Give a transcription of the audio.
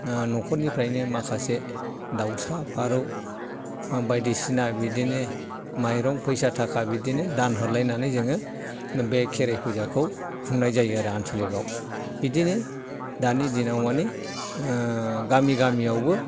नख'रनिफ्रायनो माखासे दाउसा फारौ आरो बायदिसिना बिदिनो माइरं फैसा थाखा बिदिनो दान हरलायनानै जोङो बे खेराइ फुजाखौ खुंनाय जायो आरो आनस'लिकआव बिदिनो दानि दिनाव माने गामि गामियावबो